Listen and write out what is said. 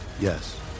Yes